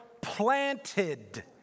planted